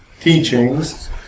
teachings